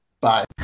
bye